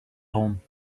home